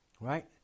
Right